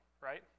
right